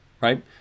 right